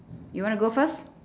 you want to go first